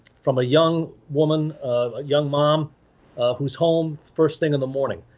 from a young woman, a young mom whose home, first thing in the morning.